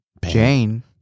Jane